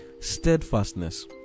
steadfastness